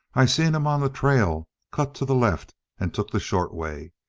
i seen him on the trail, cut to the left and took the short way.